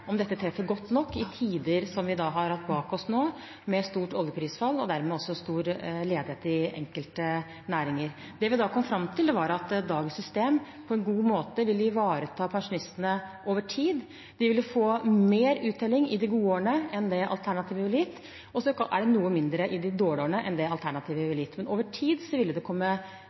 om dette treffer godt nok i tider som det vi har hatt bak oss nå, med stort oljeprisfall og dermed også stor ledighet i enkelte næringer. Det vi kom fram til, var at dagens system på en god måte vil ivareta pensjonistene over tid. De ville få større uttelling i de gode årene enn det alternativet ville gitt, og så er det noe mindre i de dårlige årene enn det alternativet ville gitt. Over tid ville det komme